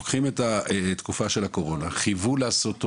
לוקחים את התקופה של הקורונה, חייבו לעשות תורים,